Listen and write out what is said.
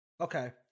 Okay